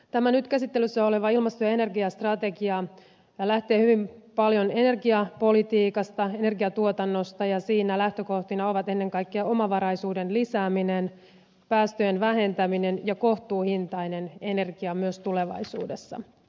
tämä nyt käsittelyssä oleva ilmasto ja energiastrategia lähtee hyvin paljon energiapolitiikasta energiantuotannosta ja siinä lähtökohtina ovat ennen kaikkea omavaraisuuden lisääminen päästöjen vähentäminen ja kohtuuhintainen energia myös tulevaisuudessa